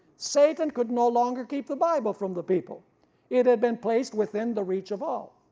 satan could no longer keep the bible from the people it had been placed within the reach of all.